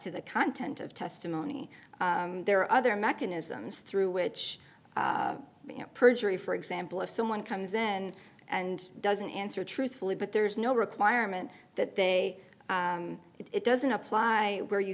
to the content of testimony there are other mechanisms through which you know perjury for example if someone comes in and doesn't answer truthfully but there is no requirement that they it doesn't apply where you